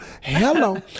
Hello